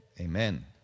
amen